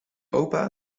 opa